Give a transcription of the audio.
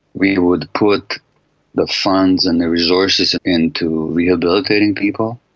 we would put the funds and the resources into rehabilitating people,